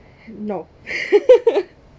no